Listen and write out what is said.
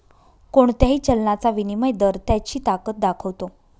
कोणत्याही चलनाचा विनिमय दर त्याची ताकद दाखवतो